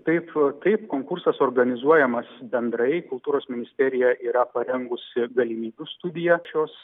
taip taip konkursas organizuojamas bendrai kultūros ministerija yra parengusi galimybių studiją šios